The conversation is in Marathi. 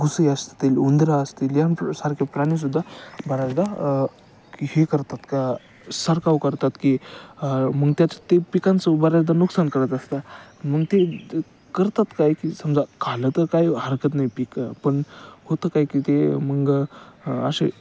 घुशी असतील उंदरं असतील यांसारखे प्राणीसुद्धा बऱ्याचदा हे करतात का शिरकाव करतात की मग त्याचं ते पिकांचं बऱ्याचदा नुकसान करत असतात मग ते करतात काय की समजा खाल्लं तर काय हरकत नाही पिकं पण होतं काय की ते मग असे